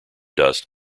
dust